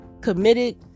committed